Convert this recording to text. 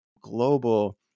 global